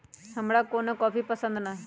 हमरा कोनो कॉफी पसंदे न हए